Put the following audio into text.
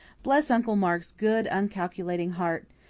bless uncle mark's good, uncalculating heart!